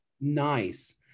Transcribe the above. Nice